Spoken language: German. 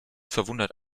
verwundert